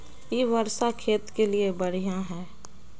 इ वर्षा खेत के लिए बढ़िया है?